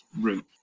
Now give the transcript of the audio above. route